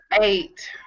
eight